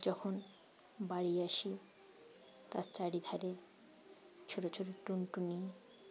যখন বাড়ি আসি তার চারিধারে ছোটো ছোটো টুনটুনি